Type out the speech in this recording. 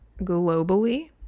globally